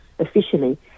Officially